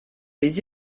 les